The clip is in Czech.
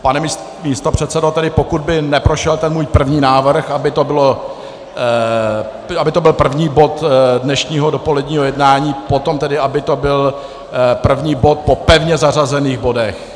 Pane místopředsedo, tedy pokud by neprošel ten můj první návrh, aby to byl první bod dnešního dopoledního jednání, potom tedy aby to byl první bod po pevně zařazených bodech.